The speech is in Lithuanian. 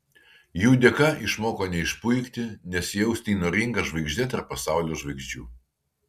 jų dėka išmoko neišpuikti nesijausti įnoringa žvaigžde tarp pasaulio žvaigždžių